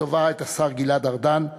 לטובה את השר גלעד ארדן,